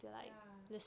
ya